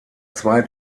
zwei